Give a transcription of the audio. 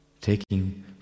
taking